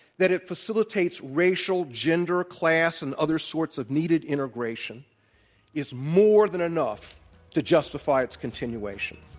that it facilitates racial, gender, class and other sorts of needed integration is more than enough to justify its continuation.